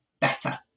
better